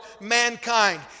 mankind